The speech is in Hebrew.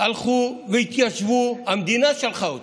הלכו והתיישבו, המדינה שלחה אותם.